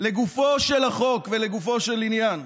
לגופו של החוק ולגופו של עניין,